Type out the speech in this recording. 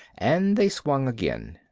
and they swung again.